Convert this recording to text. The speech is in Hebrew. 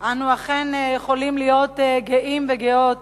אנו אכן יכולים להיות גאים וגאות